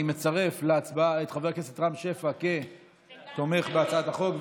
אני מצרף להצבעה את חבר הכנסת רם שפע כתומך בהצעת החוק,